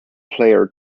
player